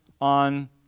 on